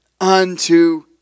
unto